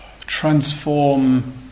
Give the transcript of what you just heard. transform